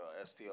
STL